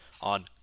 on